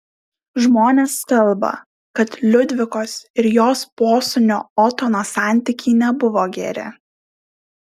žmonės kalba kad liudvikos ir jos posūnio otono santykiai nebuvo geri